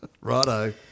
Righto